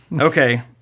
Okay